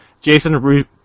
Jason